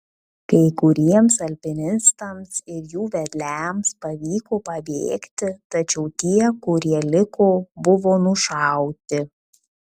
kai kuriems alpinistams ir jų vedliams pavyko pabėgti tačiau tie kurie liko buvo nušauti